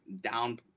down